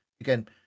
again